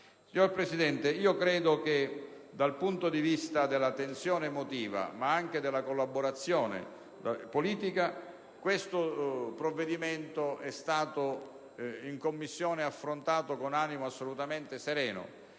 Signor Presidente, credo che dal punto di vista della tensione emotiva ma anche della collaborazione politica questo provvedimento sia stato affrontato in Commissione con animo assolutamente sereno